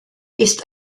ist